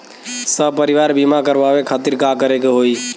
सपरिवार बीमा करवावे खातिर का करे के होई?